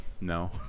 No